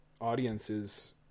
Audiences